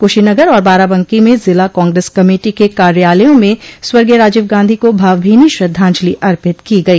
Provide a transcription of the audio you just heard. कूशीनगर और बाराबंकी में जिला कांग्रेस कमेटी के कार्यालयों में स्वर्गीय राजीव गांधी को भावभीनी श्रद्धाजंलि अर्पित की गई